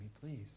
please